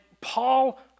Paul